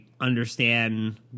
understand